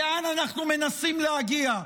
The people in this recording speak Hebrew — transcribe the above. לאן אנחנו מנסים להגיע?